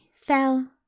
fell